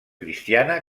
cristiana